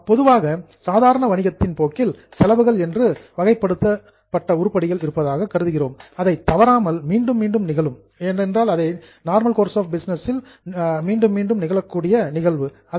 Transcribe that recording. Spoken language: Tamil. பொதுவாக சாதாரண வணிகத்தின் போக்கில் செலவுகள் என கேட்டகரைஸ்ட் வகைப்படுத்தப்பட்ட உருப்படிகள் இருப்பதாக கருதுகிறோம் அவை தவறாமல் ரிபீட்டெட்லி மீண்டும் மீண்டும் நிகழும்